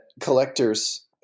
collectors